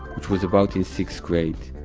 which was about in sixth grade,